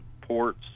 ports